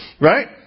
right